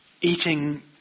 eating